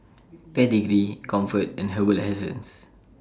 Pedigree Comfort and Herbal Essences